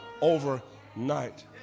overnight